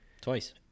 twice